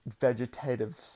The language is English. vegetative